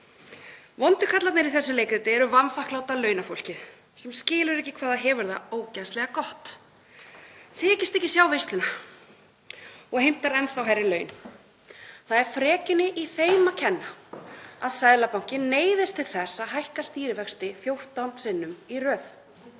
Vondu karlarnir í þessu leikriti eru vanþakkláta launafólkið sem skilur ekki hvað það hefur það ógeðslega gott, þykist ekki sjá veisluna og heimtar enn þá hærri laun. Það er frekjunni í þeim að kenna að Seðlabankinn neyðist til að hækka stýrivexti 14 sinnum í röð.